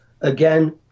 Again